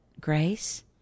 grace